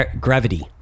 gravity